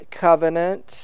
covenant